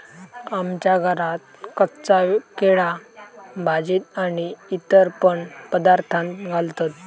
आमच्या घरात कच्चा केळा भाजीत आणि इतर पण पदार्थांत घालतत